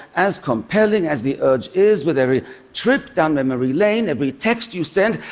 as compelling as the urge is, with every trip down memory lane, every text you send,